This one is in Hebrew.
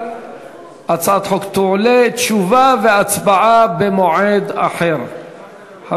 הצעת החוק עברה בקריאה טרומית ותועבר